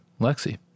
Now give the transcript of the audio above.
Lexi